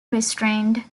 restrained